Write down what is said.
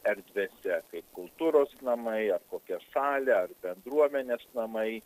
erdvėse kaip kultūros namai ar kokia salė ar bendruomenės namai